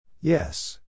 Yes